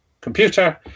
computer